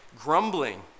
grumbling